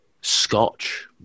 scotch